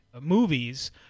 movies